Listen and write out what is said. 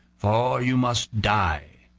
for you must die.